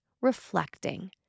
reflecting